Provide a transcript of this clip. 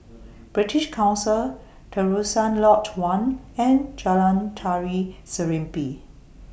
British Council Terusan Lodge one and Jalan Tari Serimpi